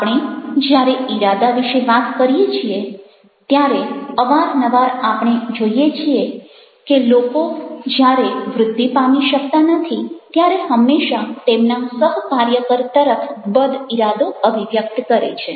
આપણે જ્યારે ઇરાદા વિશે વાત કરીએ છીએ ત્યારે અવારનવાર આપણે જોઈએ છીએ કે લોકો જ્યારે વૃદ્ધિ પામી શકતા નથી ત્યારે હંમેશા તેમના સહકાર્યકર તરફ બદ ઇરાદો અભિવ્યક્ત કરે છે